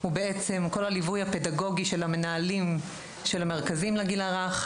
הוא בעצם כל הליווי הפדגוגי של מנהלי המרכזים לגיל הרך,